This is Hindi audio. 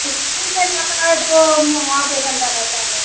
इस्कूल में जाता है तो उसे वहाँ पर गंदा करता है